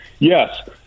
Yes